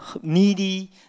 needy